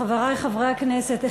חברי חברי הכנסת,